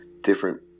different